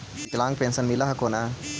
विकलांग पेन्शन मिल हको ने?